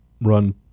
run